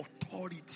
authority